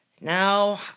Now